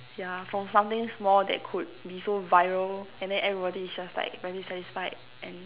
ya from something small that could be so viral and then everybody is just like very satisfied and